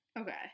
Okay